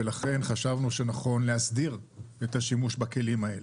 ולכן חשבנו שנכון להסדיר את השימוש בכלים האלה.